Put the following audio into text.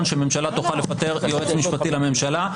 שממשלה תוכל לפטר יועץ משפטי לממשלה.